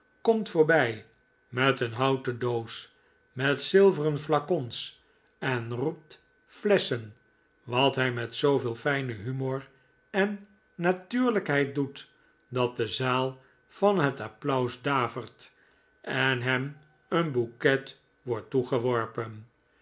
komt voorbij met een houten doos met zilveren flacons en roept flesschen wat hij met zooveel fijnen humor en natuurlijkheid doet dat de zaal van het applaus davert en hem een bouquet wordt toegeworpen